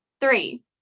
three